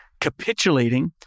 capitulating